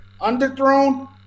underthrown